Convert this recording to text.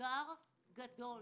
ואתגר גדול.